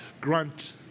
grant